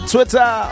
Twitter